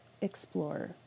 explore